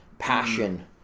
passion